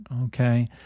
Okay